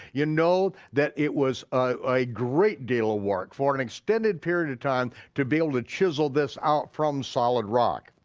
you know that it was a great deal of work for an extended period of time to be able to chisel this out from solid rock.